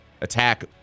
attack